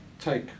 take